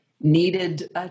needed